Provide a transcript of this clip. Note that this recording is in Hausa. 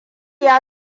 ya